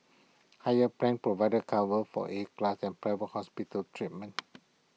higher plans provide cover for A class and private hospital treatment